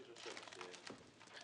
הדיון.